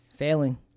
Failing